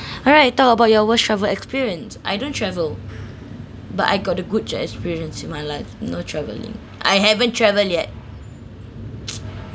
alright talk about your worst travel experience I don't travel but I got a good experience in my life no travelling I haven't travel yet